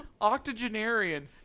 octogenarian